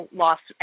loss